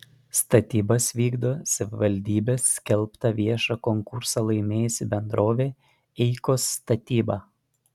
statybas vykdo savivaldybės skelbtą viešą konkursą laimėjusi bendrovė eikos statyba